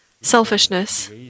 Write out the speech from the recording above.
selfishness